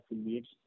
affiliates